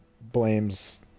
blames